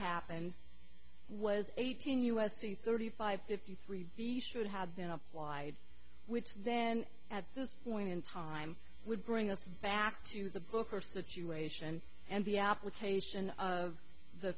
happened was eighteen u s c thirty five fifty three b should have been applied which then at this point in time would bring us back to the booker situation and the application of the